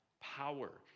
power